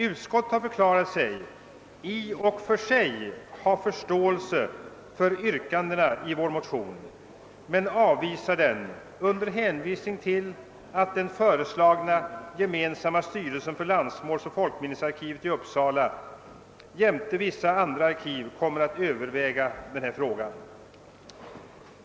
Utskottet har förklarat sig i och för sig ha förståelse för yrkandena i vår motion men avstyrker den under hänvisning till att den föreslagna gemensamma styrelsen för landsmålsoch folkminnesarkivet jämte vissa andra arkiv kommer att överväga denna fråga.